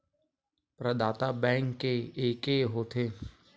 प्रदाता बैंक के एके होथे?